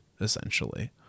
essentially